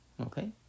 Okay